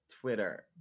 Twitter